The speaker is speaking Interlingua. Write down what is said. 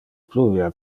pluvia